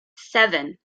seven